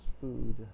food